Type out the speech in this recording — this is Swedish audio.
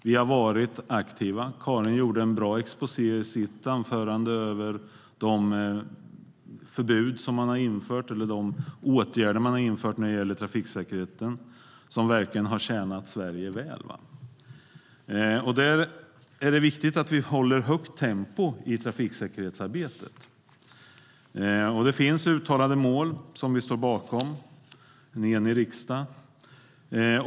Vi har varit aktiva. Karin Svensson Smith gjorde i sitt anförande en bra exposé över förbud och åtgärder som införts när det gäller trafiksäkerheten och som verkligen har tjänat Sverige väl. Det är viktigt att vi håller högt tempo i trafiksäkerhetsarbetet. Det finns uttalade mål som vi står bakom i en enig riksdag.